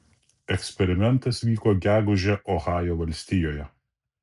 eksperimentas vyko gegužę ohajo valstijoje